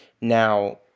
now